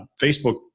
Facebook